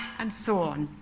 and so on.